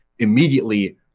immediately